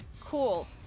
Cool